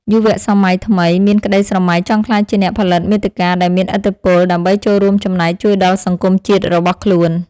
យុវវ័យសម័យថ្មីមានក្តីស្រមៃចង់ក្លាយជាអ្នកផលិតមាតិកាដែលមានឥទ្ធិពល ដើម្បីចូលរួមចំណែកជួយដល់សង្គមជាតិរបស់ខ្លួន។